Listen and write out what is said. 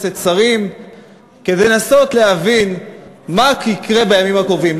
ושרים כדי לנסות להבין מה יקרה בימים הקרובים,